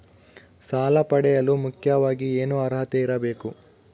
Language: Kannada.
ಸಾಲ ಪಡೆಯಲು ಮುಖ್ಯವಾಗಿ ಏನು ಅರ್ಹತೆ ಇರಬೇಕು?